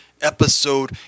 episode